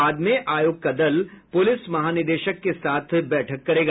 बाद में आयोग का दल पुलिस महानिदेशक के साथ बैठक करेगा